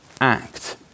act